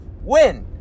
Win